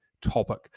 topic